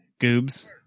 goobs